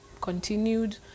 continued